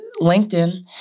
LinkedIn